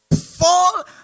fall